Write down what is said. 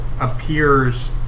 appears